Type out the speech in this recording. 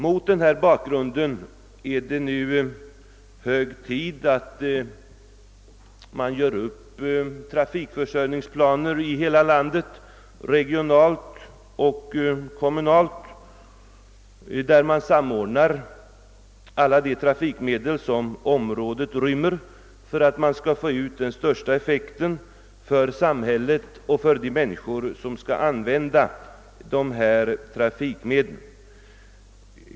Mot denna bakgrund är det hög tid att man nu gör upp trafikförsörjningsplaner i hela landet, regionalt och kommunalt. Alla de trafikmedel som området rymmer bör samordnas för att man skall få ut den största effekten för samhället och för de människor som skall använda trafikmedlen.